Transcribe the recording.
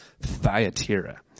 Thyatira